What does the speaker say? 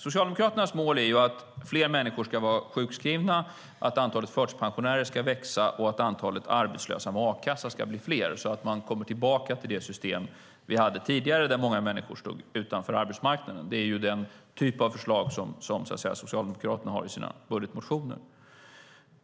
Socialdemokraternas mål är att fler människor ska vara sjukskrivna, att antalet förtidspensionärer ska växa och att antalet arbetslösa med a-kassa ska bli större, så att man kommer tillbaka till det system vi hade tidigare där många människor stod utanför arbetsmarknaden. Det är den typ av förslag som Socialdemokraterna har i sina budgetmotioner.